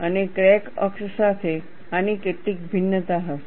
અને ક્રેક અક્ષ સાથે આની કેટલીક ભિન્નતા હશે